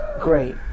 Great